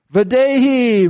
Vadehi